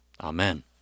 Amen